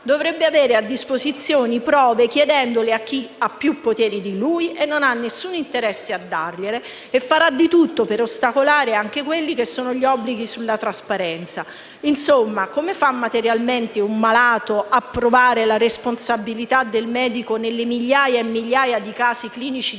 dovrebbe avere a disposizione prove, chiedendole a chi ha più poteri di lui e non ha alcun interesse a dargliele e che farà di tutto per ostacolare anche gli obblighi sulla trasparenza. Insomma, come fa materialmente un malato a provare la responsabilità del medico nelle migliaia e migliaia di casi clinici diversi,